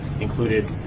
included